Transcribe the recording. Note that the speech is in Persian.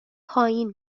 پایین